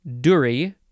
Duri